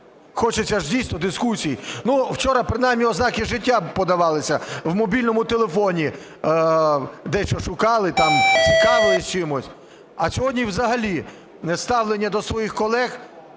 Хочеться ж дійсно дискусії. Ну, вчора принаймні ознаки життя подавалися – в мобільному телефоні дещо шукали там, цікавились чимось. А сьогодні взагалі ставлення до своїх колег